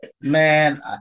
Man